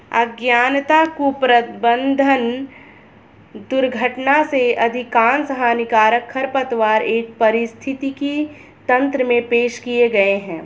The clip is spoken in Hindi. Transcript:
अज्ञानता, कुप्रबंधन, दुर्घटना से अधिकांश हानिकारक खरपतवार एक पारिस्थितिकी तंत्र में पेश किए गए हैं